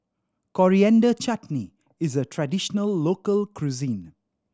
Coriander Chutney is a traditional local cuisine